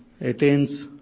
attains